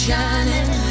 Shining